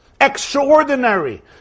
extraordinary